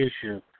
issue